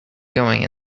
going